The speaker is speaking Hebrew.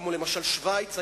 כמו למשל שווייץ,